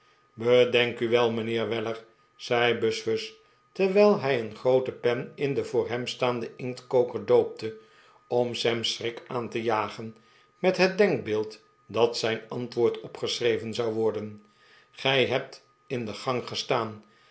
bedenk u wel mijnheer weller zei buzfuz terwijl hij een groote pen in den voor hem staanden inktkoker doopte om sam schrik aan te jagen met net denkbeeld dat zijn antwoord opgeschreven zou worden gij hebt in de gang gestaan